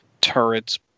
turrets